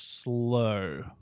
Slow